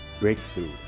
breakthrough